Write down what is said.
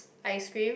ice cream